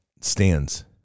stands